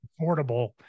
affordable